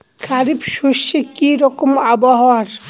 খরিফ শস্যে কি রকম আবহাওয়ার?